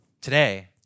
Today